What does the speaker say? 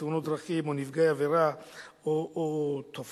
בתאונות דרכים או בנפגעי עבירה או בתופעה,